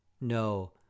No